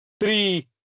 three